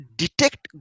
detect